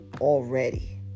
already